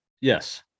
Yes